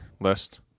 list